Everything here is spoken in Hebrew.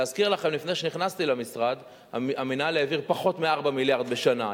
להזכיר לכם: לפני שנכנסתי למשרד המינהל העביר פחות מ-4 מיליארד בשנה.